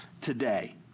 today